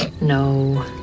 No